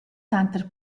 tanter